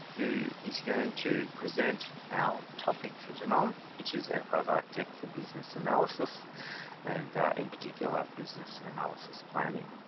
who is going to present our topic for tonight which is enterprise architect for business analysis and in particular business analysis planning.